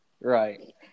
Right